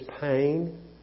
pain